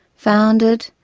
founded,